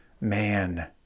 man